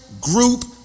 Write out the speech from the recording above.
group